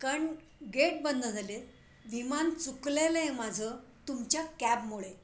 कारण गेट बंद झाले आहे विमान चुकलेलं आहे माझं तुमच्या कॅबमुळे